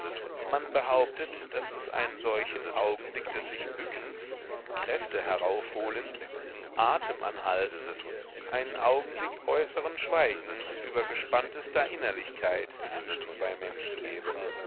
man behauptet daß es einen solchen augenblick des sich bückens kräfte heraufholens atem anhaltens einen augenblick äußeren schweigens über gespanntester innerlichkeit zwischen zwei menschen gebe